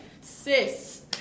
sis